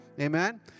Amen